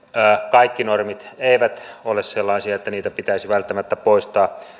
kaikki normit eivät ole sellaisia että niitä pitäisi välttämättä poistaa